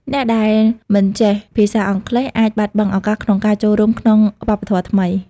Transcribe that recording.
អ្នកដែលមិនចេះភាសាអង់គ្លេសអាចបាត់បង់ឱកាសក្នុងការចូលរួមក្នុងវប្បធម៌ថ្មី។